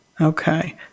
Okay